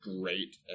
great